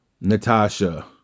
Natasha